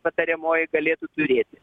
patariamoji galėtų turėti